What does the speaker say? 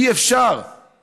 אי-אפשר יותר להתקיים.